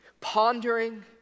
pondering